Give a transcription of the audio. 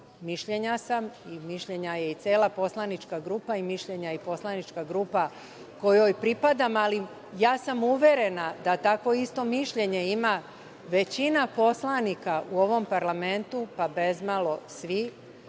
mišljenja sam i mišljenja je cela poslanička grupa kojoj pripadam, ali ja sam uverena da tako isto mišljenje ima većina poslanika u ovom parlamentu pa bezmalo svi